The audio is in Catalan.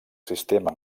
sistema